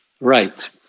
Right